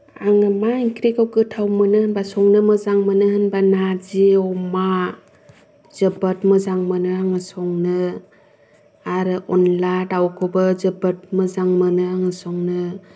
आङो मा ओंख्रिखौ गोथाव मोनो होनब्ला संनो मोजां मोनो होनब्ला नारजि अमा जोबोद मोजां मोनो आङो संनो आरो अनद्ला दाउखौबो जोबोद मोजां मोनो आङो संनो